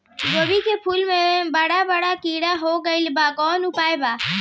गोभी के फूल मे बड़ा बड़ा कीड़ा हो गइलबा कवन उपाय बा?